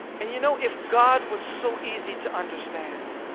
and you know, if god was so easy to understand,